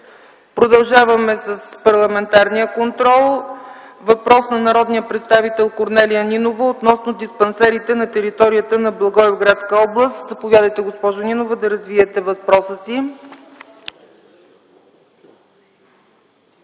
Продължаваме с парламентарния контрол. Въпрос на народния представител Корнелия Нинова относно диспансерите на територията на Благоевградска област. Заповядайте, госпожо Нинова, да развиете въпроса си.